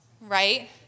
right